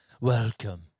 Welcome